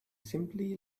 simply